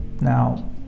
Now